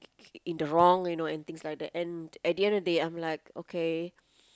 in the wrong you know and things like that and at the end of the day I'm like okay